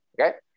Okay